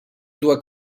doit